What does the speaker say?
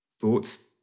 thoughts